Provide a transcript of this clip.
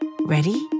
Ready